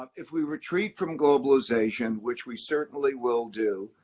if we retreat from globalization, which we certainly will do,